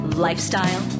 lifestyle